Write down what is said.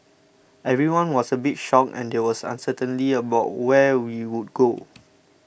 everyone was a bit shocked and there was uncertainty about where we would go